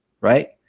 right